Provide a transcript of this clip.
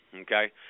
okay